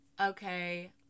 okay